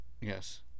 Yes